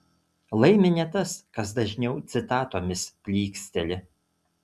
laimi ne tas kas dažniau citatomis plyksteli